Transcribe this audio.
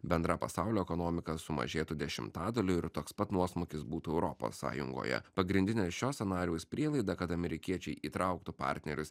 bendra pasaulio ekonomika sumažėtų dešimtadaliu ir toks pat nuosmukis būtų europos sąjungoje pagrindinė šio scenarijaus prielaida kad amerikiečiai įtrauktų partnerius